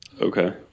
okay